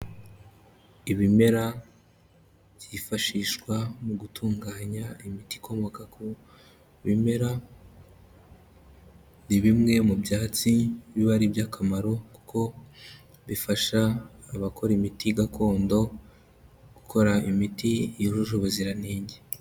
Ibimera byifashishwa mu gutunganya imiti ikomoka ku bimera, ni bimwe mu byatsi biba ari iby'akamaro kuko bifasha abakora imiti gakondo gukora imiti yujuje ubuziranenge.